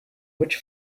which